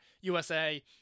USA